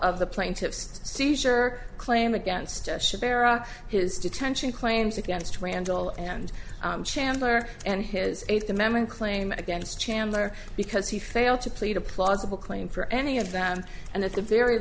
of the plaintiff's seizure claim against us should bear on his detention claims against randall and chandler and his eighth amendment claim against chandler because he failed to plead a plausible claim for any of them and at the very